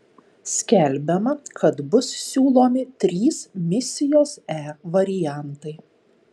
skelbiama kad bus siūlomi trys misijos e variantai